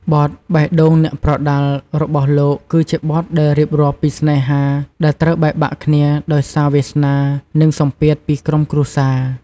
បទ បេះដូងអ្នកប្រដាល់ របស់លោក គឺជាបទដែលរៀបរាប់ពីស្នេហាដែលត្រូវបែកបាក់គ្នា ដោយសារវាសនា និងសម្ពាធពីក្រុមគ្រួសារ។